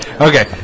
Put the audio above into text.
Okay